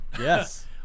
Yes